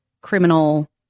criminal